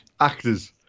Actors